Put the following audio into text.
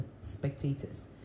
spectators